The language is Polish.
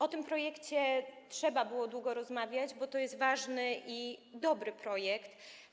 O tym projekcie trzeba było długo rozmawiać, bo to jest ważny i dobry projekt.